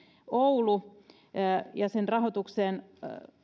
oulu sen rahoitukseen